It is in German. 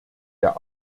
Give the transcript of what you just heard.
der